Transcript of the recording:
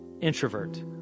introvert